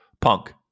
Punk